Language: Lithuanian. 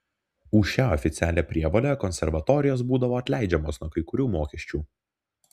už šią oficialią prievolę konservatorijos būdavo atleidžiamos nuo kai kurių mokesčių